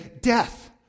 Death